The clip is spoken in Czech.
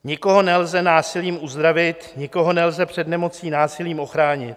Nikoho nelze násilím uzdravit, nikoho nelze před nemocí násilím ochránit.